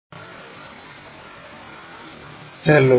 projection of solids III hello